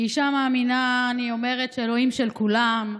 כאישה מאמינה אני אומרת שאלוהים הוא של כולם,